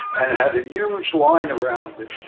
and it had a huge line around it,